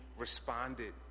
Responded